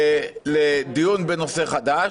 לדיון בנושא חדש,